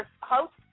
host